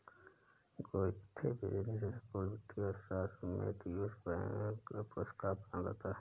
Goethe business school वित्तीय अर्थशास्त्र में ड्यूश बैंक पुरस्कार प्रदान करता है